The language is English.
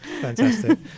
Fantastic